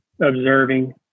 observing